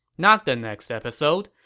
not the next episode,